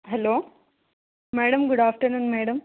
hello madam good afternoon madam